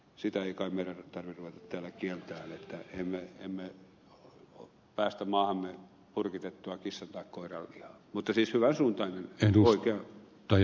sitä ei kai meidän tarvitse ruveta täällä kieltämään emmekä päästä maahamme purkitettua kissan tai koiranlihaa mutta siis hyvän suuntainen laki oikea